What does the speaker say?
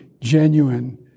genuine